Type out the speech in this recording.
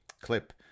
clip